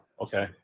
okay